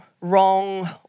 wrong